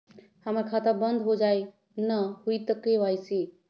हमर खाता बंद होजाई न हुई त के.वाई.सी?